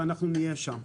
ואנחנו נהיה שם.